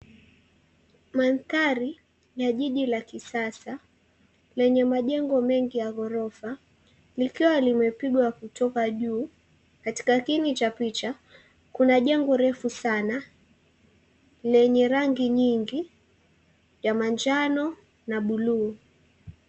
Mandhari ya jiji la kisasa lenye majengo mengi la ghorofa likiwa limepigwa kutoka juu. Katika kiini cha picha kuna jengo refu sana lenye rangi nyingi ya manjano na buluu.